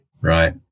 right